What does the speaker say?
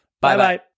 Bye-bye